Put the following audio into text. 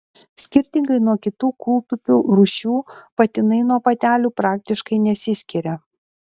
skirtingai nuo kitų kūltupių rūšių patinai nuo patelių praktiškai nesiskiria